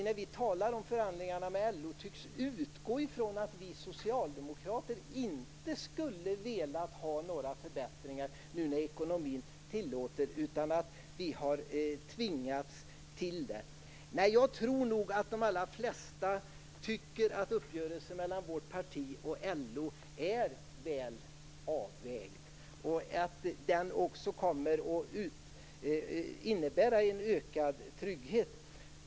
När vi talar om förhandlingarna med LO tycks ni utgå från att vi socialdemokrater inte skulle vilja ha några förbättringar nu när ekonomin tillåter det utan att vi har tvingats till det. Det är också märkligt. Jag tror nog att de allra flesta tycker att uppgörelsen mellan vårt parti och LO är väl avvägd. Den kommer också att innebära en ökad trygghet.